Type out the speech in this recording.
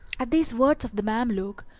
at these words of the mameluke,